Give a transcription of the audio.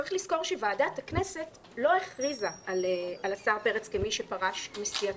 צריך לזכור שוועדת הכנסת לא הכריזה על השר פרץ כמי שפרש מסיעתו.